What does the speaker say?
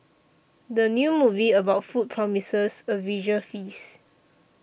the new movie about food promises a visual feast